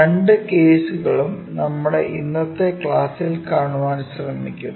രണ്ട് കേസുകളും നമ്മുടെ ഇന്നത്തെ ക്ലാസ്സിൽ കാണാൻ ശ്രമിക്കും